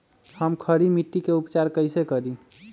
हम खड़ी मिट्टी के उपचार कईसे करी?